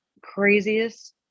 craziest